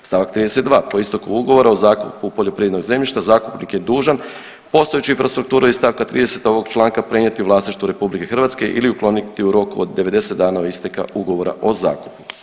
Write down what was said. Stavak 32. po isteku ugovora o zakupu poljoprivrednog zemljišta zakupnik je dužan postojeću infrastrukturu iz stavka 30. ovog članka prenijeti u vlasništvo RH ili ukloniti u roku od 90 dana od isteka ugovora o zakupu.